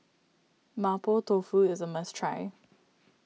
Mapo Tofu is a must try